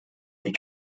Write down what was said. die